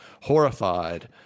horrified